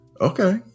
Okay